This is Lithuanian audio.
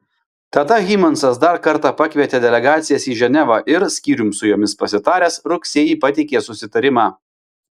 tada hymansas dar kartą pakvietė delegacijas į ženevą ir skyrium su jomis pasitaręs rugsėjį pateikė susitarimą